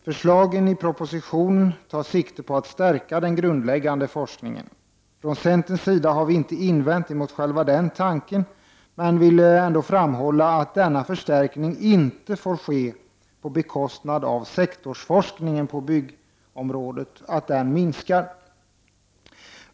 Förslagen i propositionen är inriktade på att den grundläggande forskningen skall stärkas. Från centerns sida har vi inte invänt mot själva den tanken, men vi vill ändå framhålla att denna förstärkning inte får ske på bekostnad av att sektorsforskningen på byggområdet minskas.